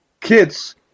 kids